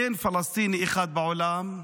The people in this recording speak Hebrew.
אין פלסטיני אחד בעולם,